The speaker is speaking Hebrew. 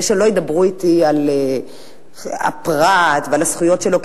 שלא ידברו אתי על הפרט ועל הזכויות שלו,